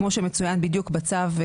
כמו שמצוין בדיוק בצו.